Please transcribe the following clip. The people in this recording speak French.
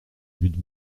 butte